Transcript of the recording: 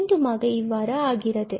மீண்டுமாக இவ்வாறு ஆகிறது